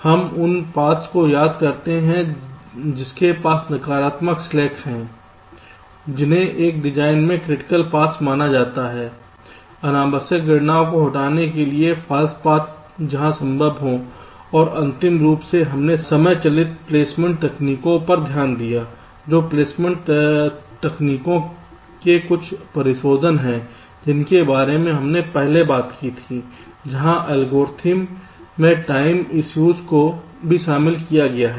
हम उन पाथ्स को याद करते हैं जिनके पास नकारात्मक स्लैक्स हैं जिन्हें एक डिज़ाइन में क्रिटिकल पाथ्स माना जाता है अनावश्यक गणनाओं को हटाने के लिए फाल्स पाथ्स जहां संभव हो और अंतिम रूप से हमने समय चालित प्लेसमेंट तकनीकों पर ध्यान दिया जो प्लेसमेंट तकनीकों के कुछ परिशोधन हैं जिनके बारे में हमने पहले बात की थी जहां एल्गोरिदम मैं टाइमिंग इश्यूज को भी शामिल किया गया है